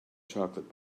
chocolate